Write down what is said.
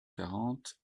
quarante